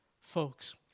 Folks